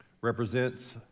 represents